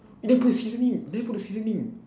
you never put the seasoning you never put the seasoning